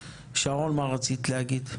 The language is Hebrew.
שרון, מה רצית להגיד?